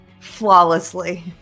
flawlessly